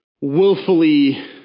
willfully